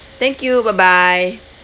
thank you bye bye